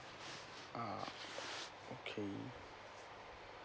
uh okay